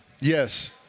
Yes